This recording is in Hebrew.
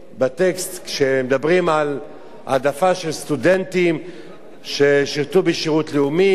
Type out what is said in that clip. כשמדברים על העדפה של סטודנטים ששירתו בשירות לאומי או צבאי,